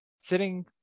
sitting